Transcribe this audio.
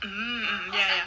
um ya